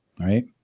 Right